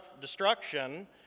destruction